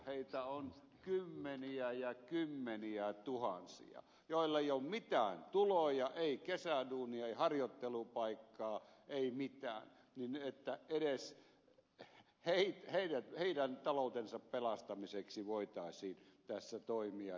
niitä on kymmeniä ja kymmeniätuhansia joilla ei ole mitään tuloja ei kesäduunia ei harjoittelupaikkaa ei mitään ja edes heidän taloutensa pelastamiseksi voitaisiin tässä toimia